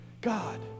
God